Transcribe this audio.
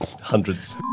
hundreds